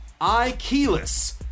iKeyless